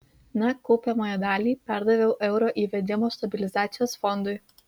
na kaupiamąją dalį perdaviau euro įvedimo stabilizacijos fondui